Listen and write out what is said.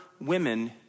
women